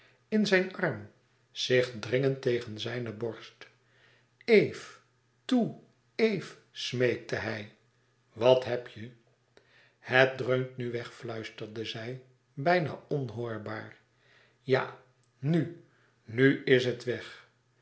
in zijn arm zich dringend tegen zijne borst eve toe eve smeekte hij wat heb je het dreunt nu weg fluisterde zij bijna onhoorbaar ja nu nu is het weg